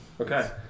okay